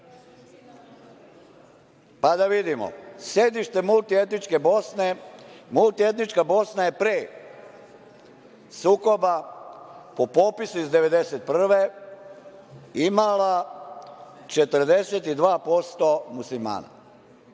pa da vidimo. Sedište multietničke Bosne, multietnička Bosna je pre sukoba po popisu iz 1991. godine imala 42% Muslimana,